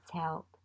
help